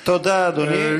תודה, אדוני.